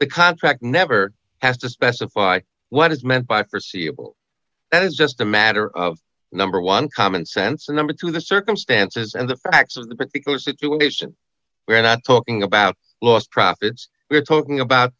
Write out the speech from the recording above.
the contract never has to specify what is meant by perceivable it is just a matter number one common sense number two the circumstances and the facts of the particular situation we're not talking about lost profits we're talking about